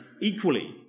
equally